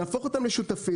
להפוך אותם לשותפים.